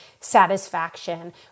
satisfaction